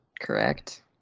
correct